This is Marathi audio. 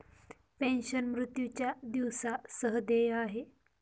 पेन्शन, मृत्यूच्या दिवसा सह देय आहे